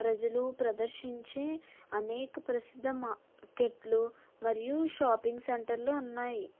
ప్రజలు ప్రదర్శించే అనేక ప్రసిద్ధ మార్కెట్లు మరియు షాపింగ్ సెంటర్లు ఉన్నాయి